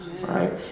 Right